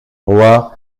roi